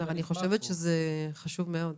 אני חושבת שזה חשוב מאוד.